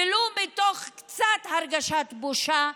ולו מתוך קצת הרגשת בושה,